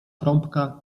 trąbka